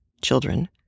children